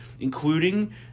including